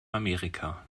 amerika